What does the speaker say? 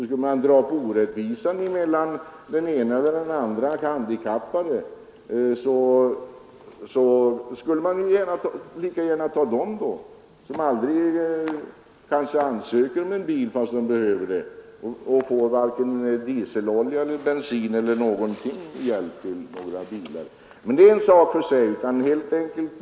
Skall man dra upp orättvisor olika handikappade emellan så kunde man lika gärna tala om dem som kanske aldrig ansöker om en bil fastän de behöver en och varken får dieselolja eller bensin. Men det är en sak för sig.